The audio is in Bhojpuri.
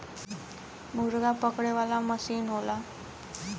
मुरगा पकड़े वाला मसीन होला